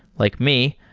like me,